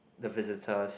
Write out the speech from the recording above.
the visitors